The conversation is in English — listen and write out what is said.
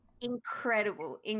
Incredible